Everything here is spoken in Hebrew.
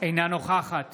אינה נוכחת